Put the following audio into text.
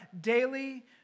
daily